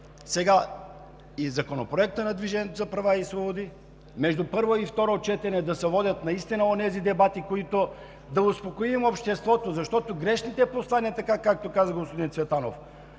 сега законопроекта на „Движението за права и свободи“, между първо и второ четене да се водят наистина онези дебати, с които да успокоим обществото заради грешните послания – така, както каза господин Цветанов,